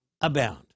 abound